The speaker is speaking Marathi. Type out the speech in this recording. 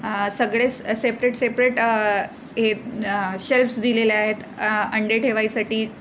सगळेच सेपरेट सेपरेट हे शेल्फ्स दिलेले आहेत अंडे ठेवायसाठी